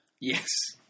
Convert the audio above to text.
Yes